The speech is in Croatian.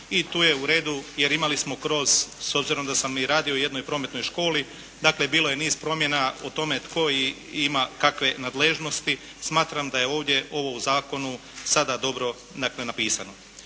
i tu je u redu jer imali smo kroz, s obzirom da sam i radio u jednoj prometnoj školi, dakle bilo je niz promjena o tome tko ima kakve nadležnosti. Smatram da je ovdje ovo u zakonu sada dobro napisano.